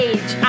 Age